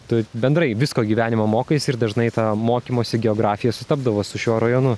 tu bendrai visko gyvenimo mokaisi ir dažnai ta mokymosi geografija sutapdavo su šiuo rajonu